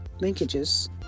linkages